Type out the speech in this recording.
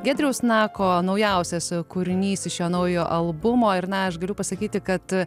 giedriaus nako naujausias kūrinys iš šio naujo albumo ir na aš galiu pasakyti kad